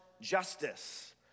justice